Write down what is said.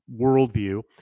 worldview